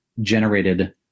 generated